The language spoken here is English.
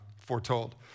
foretold